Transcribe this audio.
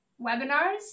Webinars